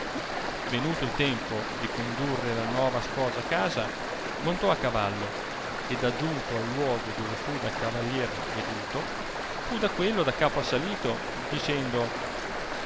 parte venuto il tempo di condurre la nova sposa a casa montò a cavallo ed aggiunto al luogo dove fu dal cavallier veduto fu da quello da capo assalito dicendo